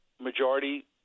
majority